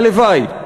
הלוואי.